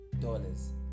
dollars